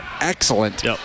excellent